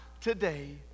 today